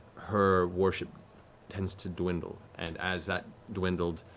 her worship tends to dwindle. and as that dwindled,